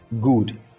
Good